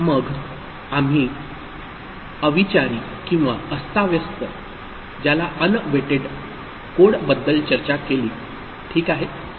मग आम्ही अविचारी or अस्ताव्यस्त unweighted कोडबद्दल चर्चा केली ठीक आहे